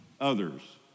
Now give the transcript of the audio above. others